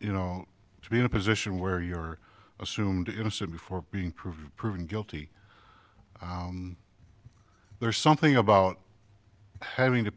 you know to be in a position where you're assumed innocent before being proven proven guilty there's something about having to